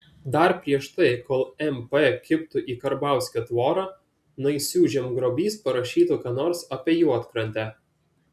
dar prieš tai kol mp kibtų į karbauskio tvorą naisių žemgrobys parašytų ką nors apie juodkrantę